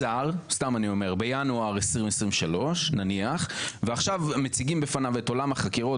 השר יושב בינואר 2023 ועכשיו מציגים בפניו את עולם החקירות